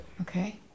Okay